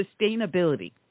sustainability